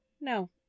no